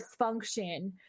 dysfunction